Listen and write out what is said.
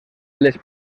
les